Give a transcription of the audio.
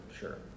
Sure